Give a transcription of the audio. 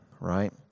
right